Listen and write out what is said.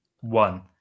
one